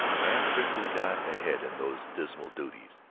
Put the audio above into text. and thriftily got ahead in those dismal duties.